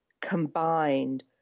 combined